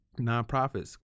nonprofits